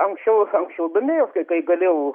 anksčiau anksčiau domėjaus kai kai galėjau